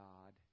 God